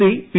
C P